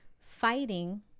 fighting